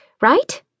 right